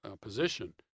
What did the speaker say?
position